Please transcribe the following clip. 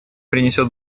принесет